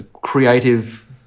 creative